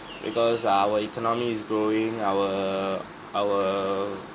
because uh our economy is growing our our